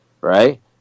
Right